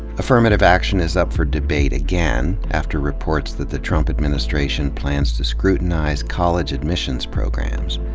affirmative action is up for debate again, after reports that the trump administration plans to scrutinize college admissions programs.